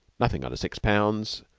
nothing under six pounds,